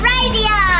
Radio